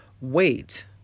Wait